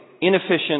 inefficient